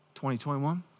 2021